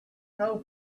know